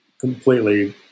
completely